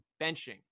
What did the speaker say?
benching